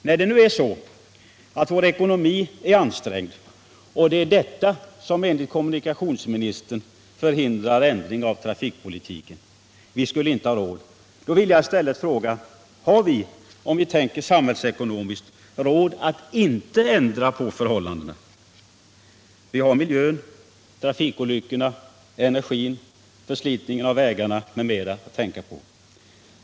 När det nu är så, att vår ekonomi är ansträngd och det är detta som enligt kommunikationsministern förhindrar ändring av trafikpolitiken — vi skulle inte ha råd — vill jag i stället fråga: Har vi, om vi tänker samhällsekonomiskt, råd att inte ändra på förhållandena? Vi har miljön, trafikolyckorna, energin, förslitningen av vägarna m.m. att tänka på.